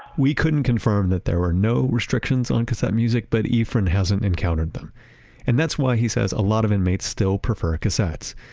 we couldn't confirm that there were no restrictions on cassette music, but efren hasn't encountered them and that's why he says a lot of inmates still prefer cassettes.